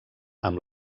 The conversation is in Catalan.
amb